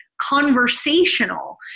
conversational